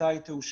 מתי היא תאושר,